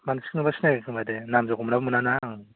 मानसिखौ नुबा सिनायगोन खोमा दे नामजों हमनाबो मोना ना